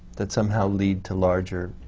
that somehow lead to larger